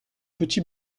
petit